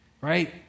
right